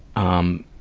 um,